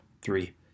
three